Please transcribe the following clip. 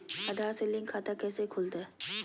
आधार से लिंक खाता कैसे खुलते?